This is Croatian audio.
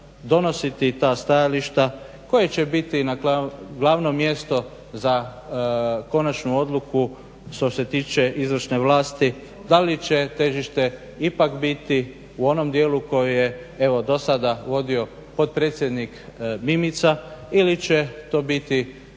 donositi ta stajališta koja će biti glavno mjesto za konačnu odluku što se tiče izvršne vlasti, da li će težište ipak biti u onom dijelu koji je evo do sada vodio potpredsjednik Mimica ili će to biti